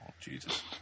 Jesus